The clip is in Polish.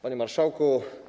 Panie Marszałku!